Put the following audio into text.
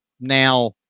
Now